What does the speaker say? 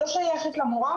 היא לא שייכת למורה,